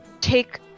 Take